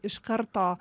iš karto